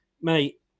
mate